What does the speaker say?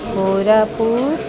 Koraput